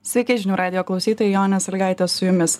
sveiki žinių radijo klausytojai jonė sąlygaitė su jumis